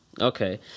okay